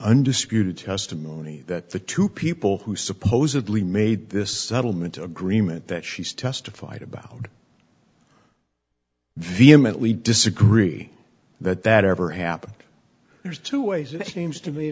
undisputed testimony that the two people who supposedly made this settlement agreement that she's testified about vehemently disagree that that ever happened there's two ways it seems to me